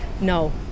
no